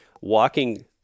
walking